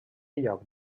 lloc